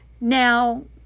Now